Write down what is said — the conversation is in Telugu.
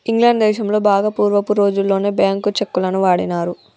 ఇంగ్లాండ్ దేశంలో బాగా పూర్వపు రోజుల్లోనే బ్యేంకు చెక్కులను వాడినారు